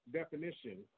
definition